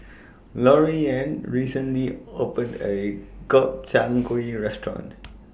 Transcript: Loriann recently opened A Gobchang Gui Restaurant